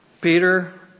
Peter